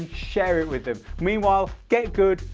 share it with them. meanwhile, get good,